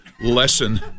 lesson